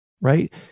right